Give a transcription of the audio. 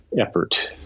effort